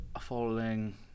following